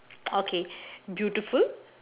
okay beautiful